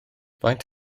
faint